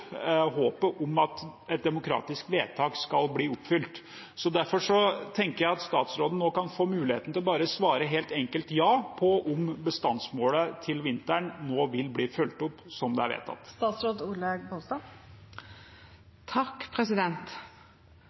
håpet om at et demokratisk vedtak skal bli oppfylt. Derfor tenker jeg at statsråden nå kan få muligheten til bare å svare helt enkelt ja på om bestandsmålene til vinteren nå vil bli fulgt opp som det er vedtatt.